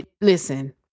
Listen